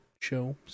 show